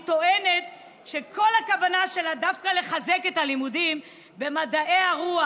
היא טוענת שכל הכוונה שלה דווקא לחזק את הלימודים במדעי הרוח.